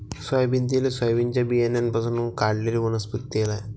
soybean तेल हे सोयाबीनच्या बियाण्यांपासून काढलेले वनस्पती तेल आहे